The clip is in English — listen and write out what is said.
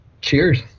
Cheers